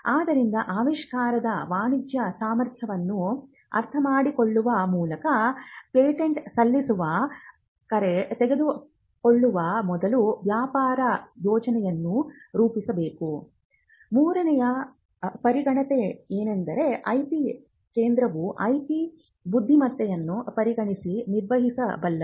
ಆದ್ದರಿಂದ ಆವಿಷ್ಕಾರದ ವಾಣಿಜ್ಯ ಸಾಮರ್ಥ್ಯವನ್ನು ಅರ್ಥಮಾಡಿಕೊಳ್ಳುವ ಮೂಲಕ ಪೇಟೆಂಟ್ ಸಲ್ಲಿಸಲು ಕರೆ ತೆಗೆದುಕೊಳ್ಳುವ ಮೊದಲು ವ್ಯಾಪಾರ ಯೋಜನೆಯನ್ನು ರೂಪಿಸಬೇಕು ಮೂರನೆಯ ಪರಿಗಣನೆಯೆಂದರೆ IP ಕೇಂದ್ರವು IP ಬುದ್ಧಿಮತ್ತೆಯನ್ನು ಪರಿಗಣಿಸಿ ನಿರ್ವಹಿಸಬಲ್ಲದು